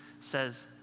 says